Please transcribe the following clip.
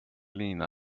lena